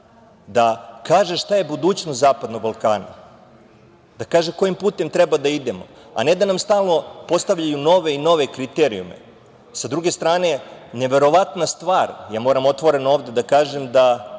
da kaže šta je budućnost zapadnog Balkana, da kaže kojim putem treba da idemo, a ne da nam stalno postavljaju nove i nove kriterijume. Sa druge strane, neverovatna stvar, ja moram otvoreno ovde da kažem da